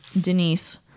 Denise